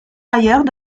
ailleurs